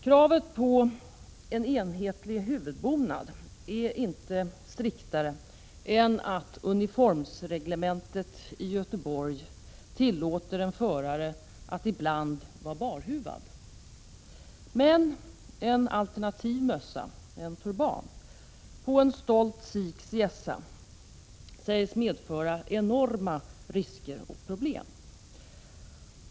Kravet på enhetlig huvudbonad är inte striktare än att uniformsreglementet i Göteborg tillåter en förare att ibland vara barhuvad. Men en alternativ mössa, en turban, på en stolt sikhs hjässa sägs medföra enorma risker och problem.